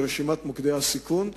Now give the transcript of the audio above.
ברשימת מוקדי הסיכון,